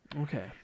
Okay